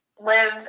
Live